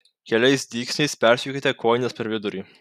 keliais dygsniais persiūkite kojines per vidurį